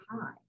high